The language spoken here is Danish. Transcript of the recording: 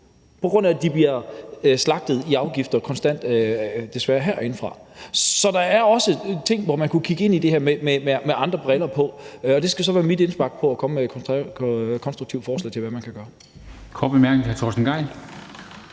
konstant bliver slagtet i afgifter herindefra. Så man kunne også godt kigge ind i det her med andre briller på, og det skal så være mit indspark med hensyn til at komme med et konstruktivt forslag til, hvad man kan gøre.